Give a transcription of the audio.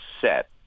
set